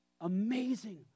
amazing